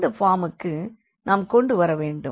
இந்த ஃபார்முக்கு நாம் கொண்டுவரவேண்டும்